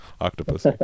Octopus